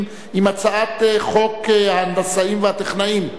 בהצעת חוק ההנדסאים והטכנאים המוסמכים,